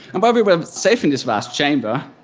and while we were safe in this vast chamber,